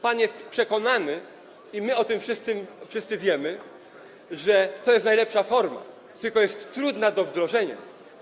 Pan jest przekonany - i my o tym wszyscy wiemy - że to jest najlepsza forma, tylko jest trudna do wdrożenia.